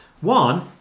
One